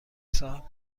سال